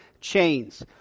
chains